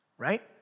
right